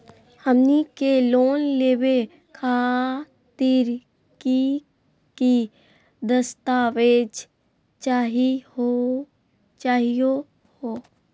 हमनी के लोन लेवे खातीर की की दस्तावेज चाहीयो हो?